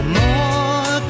more